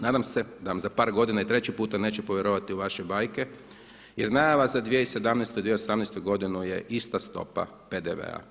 Nadam se da vam za par godina i treći puta neće povjerovati u vaše bajke jer najava za 2017. i 2018. godinu je ista stopa PDV-a.